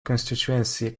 constituency